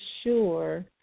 sure